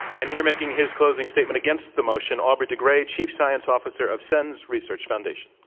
and here making his closing statement against the motion, aubrey de grey, chief science officer of sens research foundation.